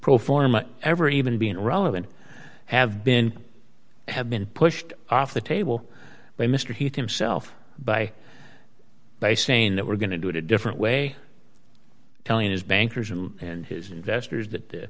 pro forma ever even being relevant have been have been pushed off the table by mr heath himself by by saying that we're going to do it a different way telling his bankers and his investors